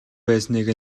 байсныг